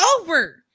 over